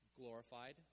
glorified